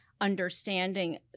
understanding